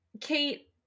kate